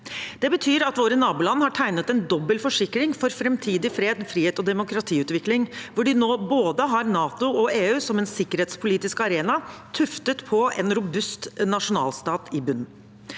Det betyr at våre naboland har tegnet en dobbel forsikring for framtidig fred, frihet og demokratiutvikling, hvor de nå har både NATO og EU som en sikkerhetspolitisk arena tuftet på en robust nasjonalstat i bunnen.